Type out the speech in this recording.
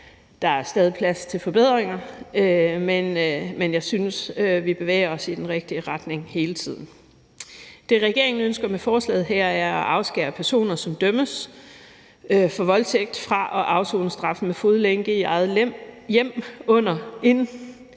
Der er stadig plads til forbedringer, men jeg synes, vi bevæger os i den rigtige retning hele tiden. Det, regeringen ønsker med forslaget her, er at afskære personer, som dømmes for voldtægt, fra at afsone straffen med fodlænke i eget hjem under